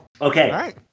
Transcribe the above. Okay